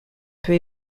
peu